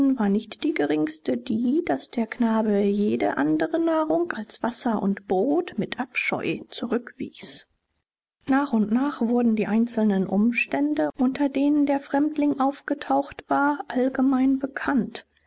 war nicht die geringste die daß der knabe jede andre nahrung als wasser und brot mit abscheu zurückwies nach und nach wurden die einzelnen umstände unter denen der fremdling aufgetaucht war allgemein bekannt